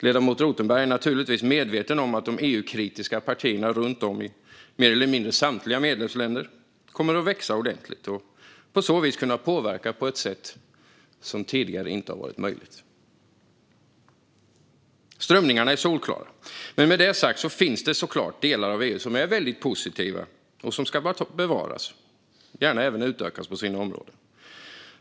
Ledamot Rothenberg är naturligtvis medveten om att de EU-kritiska partierna runt om i mer eller mindre samtliga medlemsländer kommer att växa ordentligt och på så vis kunna påverka på ett sätt som tidigare inte har varit möjligt. Strömningarna är solklara. Men med det sagt finns det såklart delar av EU som är väldigt positiva och som ska bevaras och på vissa områden gärna även utökas.